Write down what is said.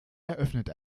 eröffnet